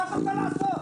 מה את רוצה לעשות?